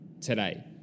today